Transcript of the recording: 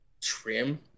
trim